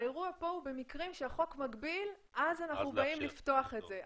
האירוע כאן הוא במקרים שהחוק מגביל ואז אנחנו באים לפתוח את זה.